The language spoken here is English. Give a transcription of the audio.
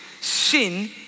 sin